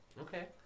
Okay